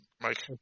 Mike